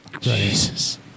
Jesus